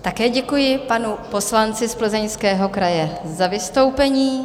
Také děkuji panu poslanci z Plzeňského kraje za vystoupení.